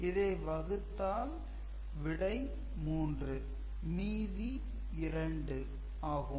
இதை வகுத்தால் விடை 3 மீதி 2 ஆகும்